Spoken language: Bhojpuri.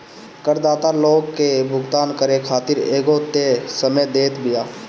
करदाता लोग के भुगतान करे खातिर एगो तय समय देत बिया